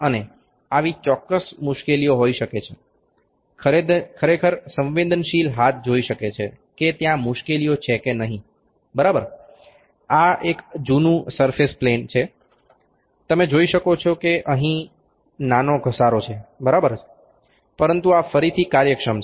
અને આવી ચોક્કસ મુશ્કેલીઓ હોઈ શકે છે ખરેખર સંવેદનશીલ હાથ જોઈ શકે છે કે ત્યાં મુશ્કેલીઓ છે કે નહીં બરાબર આ એક જૂનું સરફેસ પ્લેન છે તમે જોઈ શકો છો કે અહીં નાનો ઘસારો છે બરાબર છે પરંતુ આ ફરીથી કાર્યક્ષમ છે